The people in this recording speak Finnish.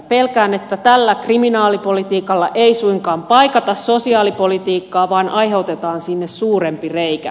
pelkään että tällä kriminaalipolitiikalla ei suinkaan paikata sosiaalipolitiikkaa vaan aiheutetaan sinne suurempi reikä